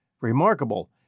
remarkable